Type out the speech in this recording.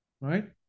right